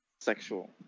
sexual